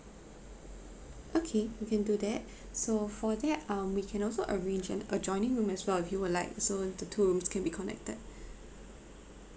okay we can do that so for that um we can also arrange an adjoining room as well if you would like so the two rooms can be connected